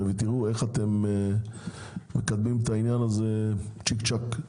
ותראו איך אתם מקדמים את העניין הזה צ'יק צ'ק.